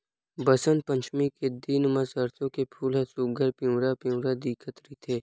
बसंत पचमी के दिन म सरसो के फूल ह सुग्घर पिवरा पिवरा दिखत रहिथे